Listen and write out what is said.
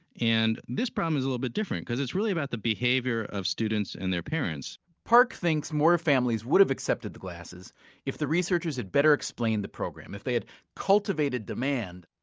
and this problem is a little bit different, because it's really about the behavior of students and their parents park thinks more families would have accepted the glasses if the researchers had better explained the program, if they had cultivated demand.